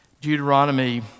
Deuteronomy